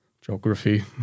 geography